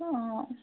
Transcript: অঁ